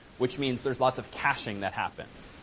which means there's lots of caching that happens.